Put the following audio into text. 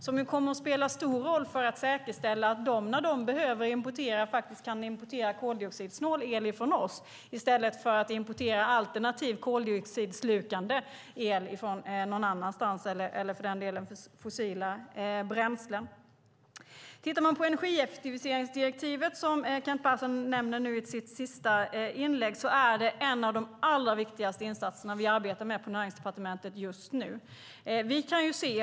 Den kommer att spela en stor roll för att säkerställa att när man i Baltikum behöver importera el kan importera koldioxidsnål el från oss i stället för att importera alternativ koldioxidslukande el eller fossila bränslen. Kent Persson nämnde energieffektiviseringsdirektivet i sitt sista inlägg. Det är en av de allra viktigaste insatserna vi arbetar med på Näringsdepartementet just nu.